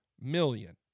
million